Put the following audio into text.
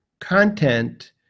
content